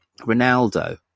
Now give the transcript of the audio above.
Ronaldo